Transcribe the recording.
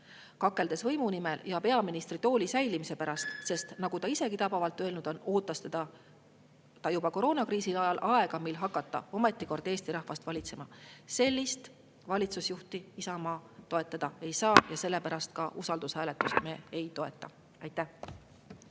kakeldes võimu nimel ja peaministritooli säilimise pärast, sest, nagu ta isegi tabavalt öelnud on, ootas ta juba koroonakriisi ajal aega, mil saaks ometi kord hakata Eesti rahvast valitsema. Sellist valitsusjuhti Isamaa toetada ei saa ja sellepärast ka usaldushääletust me ei toeta. Aitäh!